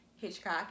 Hitchcock